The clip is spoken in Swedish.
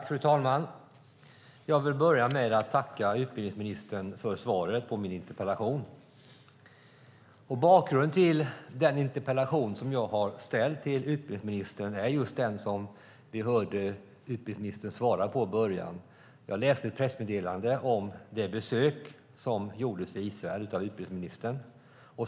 Fru talman! Jag vill börja med att tacka utbildningsministern för svaret på min interpellation. Bakgrunden till den interpellation jag har ställt till utbildningsministern är just den som vi hörde utbildningsministern svara på i början. Jag läste ett pressmeddelande om det besök som gjordes i Israel av utbildningsministern.